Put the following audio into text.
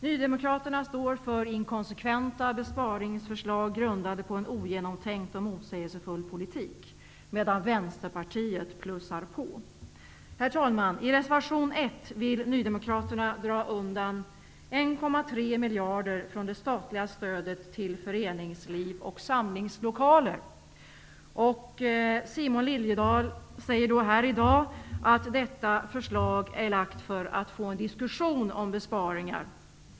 Nydemokraterna står för inkonsekventa besparingsförslag grundade på en ogenomtänkt och motsägelsefull politik, medan Vänsterpartiet plussar på. Herr talman! I reservation 1 vill Nydemokraterna dra undan 1,3 miljarder kronor från det statliga stödet till föreningsliv och samlingslokaler. Simon Liliedahl säger här i dag att detta förslag är framlagt för att få en diskussion om besparingar.